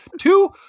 Two